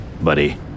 buddy